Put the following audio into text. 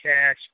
cash